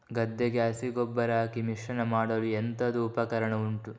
ಗದ್ದೆಗೆ ಹಸಿ ಗೊಬ್ಬರ ಹಾಕಿ ಮಿಶ್ರಣ ಮಾಡಲು ಎಂತದು ಉಪಕರಣ ಉಂಟು?